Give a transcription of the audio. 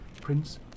Prince